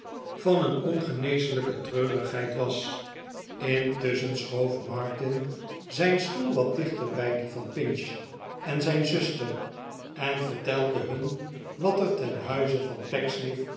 van een ongeneeslijke treurigheid was intusschen schoof martin zijn stoel wat dichter bij die van pinch en zijn zuster en vertelde hun wat er ten huize van